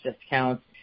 discounts